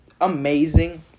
amazing